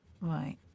Right